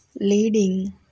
leading